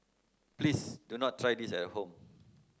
please do not try this at home